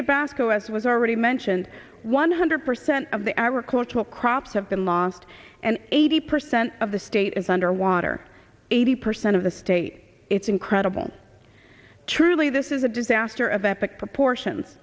tabasco as was already mentioned one hundred percent of the agricultural crops have been lost and eighty percent of the state is under water eighty percent of the state it's incredible truly this is a disaster of epic proportions